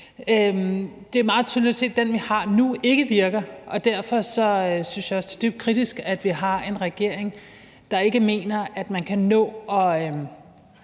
Det er meget tydeligt at se, at den, vi har nu, ikke virker, og derfor synes jeg også, at det er dybt kritisk, at vi har en regering, der ikke mener, at man kan nå at